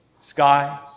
sky